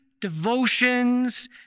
devotions